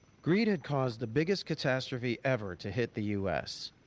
greed had caused the biggest catastrophe ever to hit the u s.